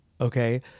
Okay